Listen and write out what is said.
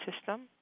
system